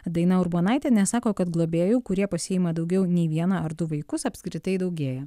daina urbonaitienė sako kad globėjų kurie pasiima daugiau nei vieną ar du vaikus apskritai daugėja